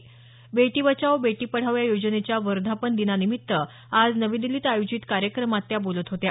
बेटी बचाओ बेटी पढाओ या योजनेच्या वर्धापन दिनानिमित्त आज नवी दिल्लीत आयोजित कार्यक्रमात त्या बोलत होत्या